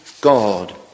God